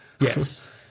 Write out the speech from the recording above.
Yes